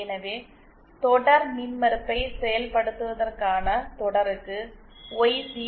எனவே தொடர் மின்மறுப்பை செயல்படுத்துவதற்கான தொடருக்கு ஒய்சி 0